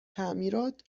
تعمیرات